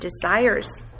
desires